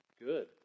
good